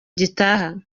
gitaha